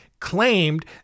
claimed